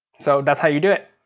so that's how you do it.